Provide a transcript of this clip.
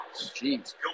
Jeez